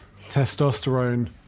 Testosterone